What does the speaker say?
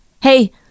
hey